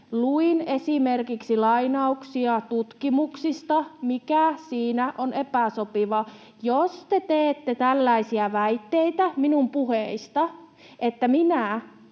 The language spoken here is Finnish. Luin esimerkiksi lainauksia tutkimuksista, mikä siinä on epäsopivaa? Jos te teette tällaisia väitteitä minun puheistani, että minä